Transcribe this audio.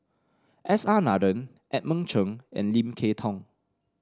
S R Nathan Edmund Cheng and Lim Kay Tong